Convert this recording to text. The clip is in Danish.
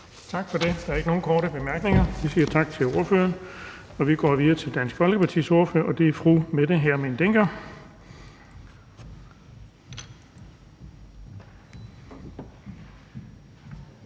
Tak for det. Der er ikke nogen korte bemærkninger, så vi siger tak til ordføreren. Vi går videre til Dansk Folkepartis ordfører, og det er fru Mette Hjermind Dencker.